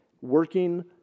working